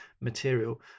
material